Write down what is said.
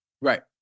Right